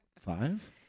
Five